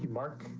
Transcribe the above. mark.